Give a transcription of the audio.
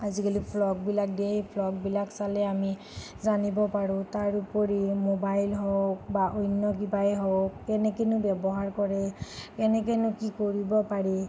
আজি কালি ব্লগবিলাক দিয়ে ব্লগবিলাক চালে আমি জানিব পাৰোঁ তাৰ উপৰি মোবাইল হওক বা অন্য কিবায়ে হওক কেনেকেনো ব্যৱহাৰ কৰে কেনেকেনো কি কৰিব পাৰি